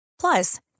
Plus